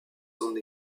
son